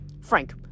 Frank